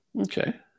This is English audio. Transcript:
Okay